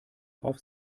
auf